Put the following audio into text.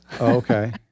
okay